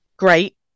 Great